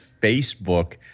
Facebook